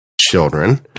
children